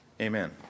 Amen